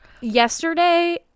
Yesterday